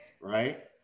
right